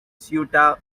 ceuta